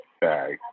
bag